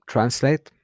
Translate